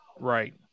Right